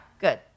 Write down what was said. good